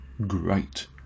great